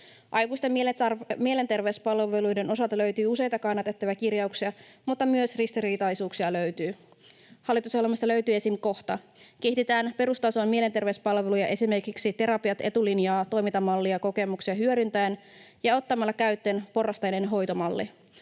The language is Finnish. Aikuisten mielenterveyspalveluiden osalta löytyy useita kannatettavia kirjauksia, mutta myös ristiriitaisuuksia löytyy. Hallitusohjelmasta löytyy esimerkiksi kohta: ”Kehitetään perustason mielenterveyspalveluja esimerkiksi Terapiat etulinjaan ‑toimintamallin kokemuksia hyödyntäen ja ottamalla käyttöön porrasteinen hoitomalli.”